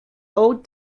old